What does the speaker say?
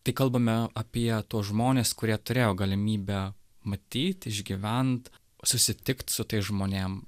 tai kalbame apie tuos žmones kurie turėjo galimybę matyt išgyvent susitikt su tais žmonėm